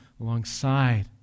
alongside